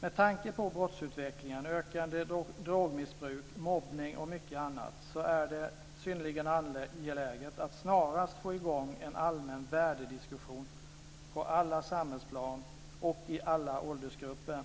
Med tanke på brottsutvecklingen, ökande drogmissbruk, mobbning och mycket annat är det synnerligen angeläget att snarast få i gång en allmän värdediskussion på alla samhällsplan och i alla åldersgrupper.